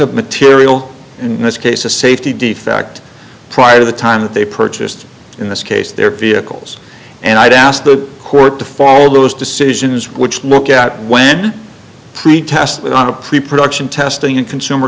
a material in this case a safety defect prior to the time that they purchased in this case their vehicles and i'd asked the court to follow those decisions which look at when they test it on a preproduction testing and consumer